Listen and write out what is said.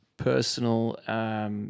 Personal